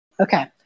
Okay